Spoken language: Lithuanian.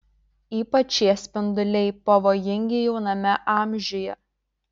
ypač šie spinduliai pavojingi jauname amžiuje